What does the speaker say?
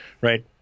right